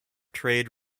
trade